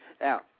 Now